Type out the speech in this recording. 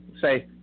Say